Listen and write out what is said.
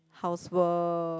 housework